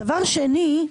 דבר שני,